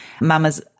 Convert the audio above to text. mamas